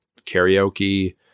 karaoke